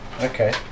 Okay